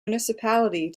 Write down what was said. municipality